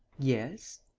yes.